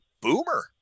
Boomer